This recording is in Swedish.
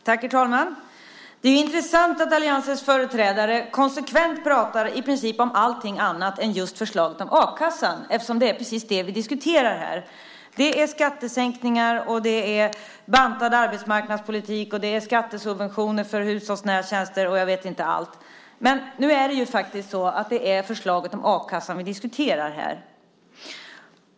Herr talman! Det är intressant att alliansens företrädare konsekvent talar om i princip allting annat än just förslaget om a-kassan eftersom det är precis det som vi diskuterar här. Det talas om skattesänkningar, bantad arbetsmarknadspolitik, skattesubventioner för hushållsnära tjänster och jag vet inte allt. Men nu är det faktiskt förslaget om a-kassan som vi diskuterar här.